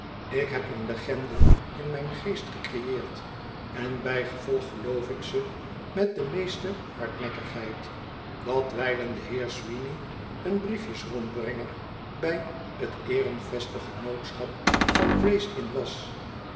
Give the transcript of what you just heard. ik heb een legende in mijn geest gekreëerd en bijgevolg geloof ik ze met de meeste hardnekkigheid dat wijlen de heer sweeney een briefjes rond brenger bij t erentfeste genootschap van grays inn was